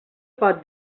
pot